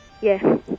Yes